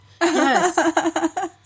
Yes